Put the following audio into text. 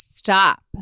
stop